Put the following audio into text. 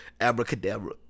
Abracadabra